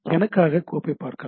எனக்கான கோப்பை பார்க்கலாம்